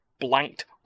blanked